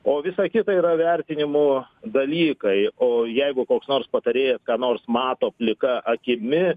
o visa kita yra vertinimų dalykai o jeigu koks nors patarėjas ką nors mato plika akimi